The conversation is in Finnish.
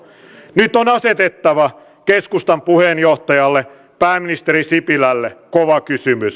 nyt on asetettava keskustan puheenjohtajalle pääministeri sipilälle kova kysymys